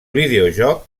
videojoc